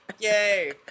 Yay